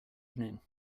evening